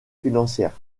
financières